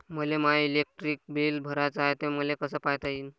मले my electric bill भराचं हाय, ते मले कस पायता येईन?